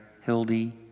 Hildy